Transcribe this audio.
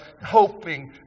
hoping